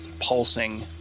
pulsing